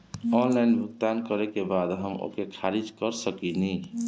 Online भुगतान करे के बाद हम ओके खारिज कर सकेनि?